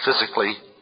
physically